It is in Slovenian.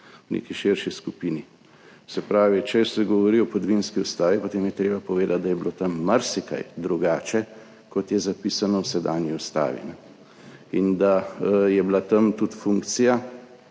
v neki širši skupini. Se pravi, če se govori o podvinski ustavi, potem je treba povedati, da je bilo tam marsikaj drugače, kot je zapisano v sedanji ustavi, in da je bila tam tudi funkcija